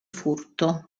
furto